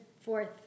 Fourth